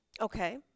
Okay